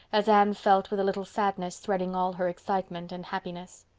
as anne felt with a little sadness threading all her excitement and happiness.